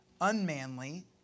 unmanly